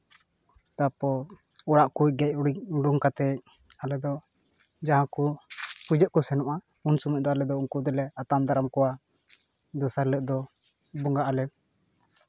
ᱛᱟᱨᱯᱚᱨ ᱚᱲᱟᱜ ᱠᱚ ᱜᱮᱡ ᱜᱩᱨᱤᱡᱽ ᱩᱰᱩᱝ ᱠᱟᱛᱮ ᱟᱞᱮ ᱫᱚ ᱡᱟᱣ ᱠᱚ ᱯᱩᱡᱟᱹᱜ ᱠᱚ ᱥᱮᱱᱚᱜᱼᱟ ᱩᱱ ᱥᱚᱢᱚᱭ ᱫᱚ ᱟᱞᱮ ᱫᱚ ᱩᱱᱠᱩ ᱫᱚᱞᱮ ᱟᱛᱟᱝ ᱫᱟᱨᱟᱢ ᱠᱚᱣᱟᱞᱮ ᱫᱚᱥᱟᱨ ᱦᱤᱯᱟᱹᱜ ᱫᱚᱞᱮ ᱵᱚᱸᱜᱟᱜ ᱟᱞᱮ